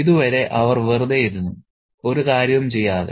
ഇതുവരെ അവർ വെറുതെ ഇരുന്നു ഒരു കാര്യവും ചെയ്യാതെ